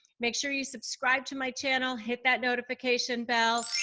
make sure you subscribe to my channel. hit that notification bell.